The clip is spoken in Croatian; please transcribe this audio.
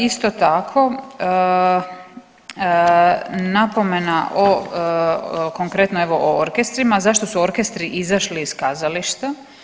Isto tako, napomena o, konkretno evo o orkestrima, zašto su orkestri izašli iz kazališta.